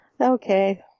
Okay